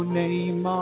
name